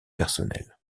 personnel